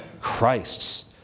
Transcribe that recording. Christ's